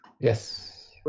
Yes